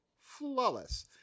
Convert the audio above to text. flawless